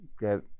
get